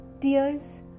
Tears